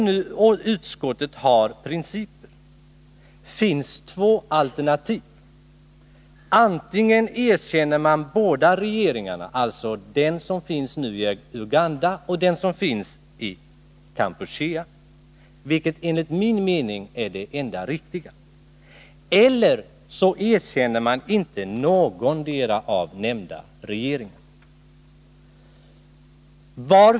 Om utskottet har några principer finns två alternativ: Antingen erkänner man båda regeringarna — den i Uganda och den i Kampuchea — och det är enligt min mening det enda riktiga. Eller också erkänner man inte någondera av dessa regeringar.